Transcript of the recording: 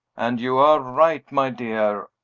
and you are right, my dear.